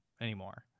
anymore